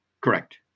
Correct